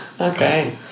okay